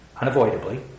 unavoidably